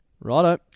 Righto